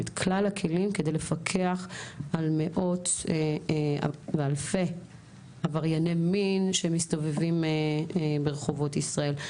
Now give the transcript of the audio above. כל הכלים כדי לפקח על מאות ואלפי עברייני מין שמסתובבים ברחובות ישראל.